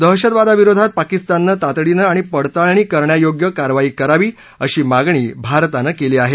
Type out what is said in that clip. दहशतवादाविरोधात पाकिस्ताननं तातडीनं आणि पडताळणी करण्यायोग्य कारवाई करावी अशी मागणी भारतानं केली आहे